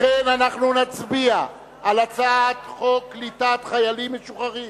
לכן אנחנו נצביע על הצעת חוק קליטת חיילים משוחררים